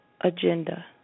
agenda